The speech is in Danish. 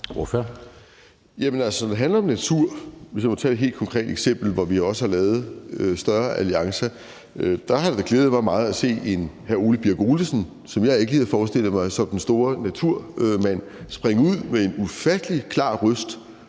(RV): Jamen altså, når det handler om natur – hvis jeg må tage et helt konkret eksempel, hvor vi også har lavet større alliancer – har det da glædet mig meget at se en hr. Ole Birk Olesen, som jeg ikke lige havde forestillet mig var den store naturmand, springe ud med en ufattelig klar røst